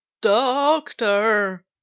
doctor